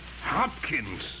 Hopkins